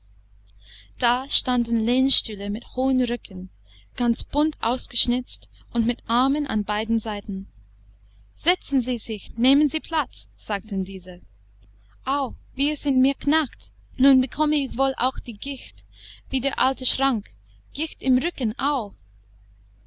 da standen lehnstühle mit hohen rücken ganz bunt ausgeschnitzt und mit armen an beiden seiten setzen sie sich nehmen sie platz sagten diese au wie es in mir knackt nun bekomme ich wohl auch die gicht wie der alte schrank gicht im rücken au